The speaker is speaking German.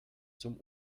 zum